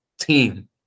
team